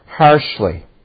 Harshly